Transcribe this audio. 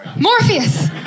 Morpheus